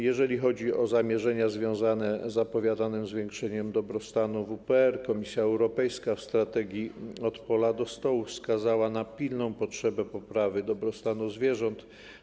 Jeżeli chodzi o zamierzenia związane z zapowiadanym zwiększeniem dobrostanu w WPR, Komisja Europejska w strategii od pola do stołu wskazała na pilną potrzebę poprawy dobrostanu zwierząt.